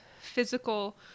physical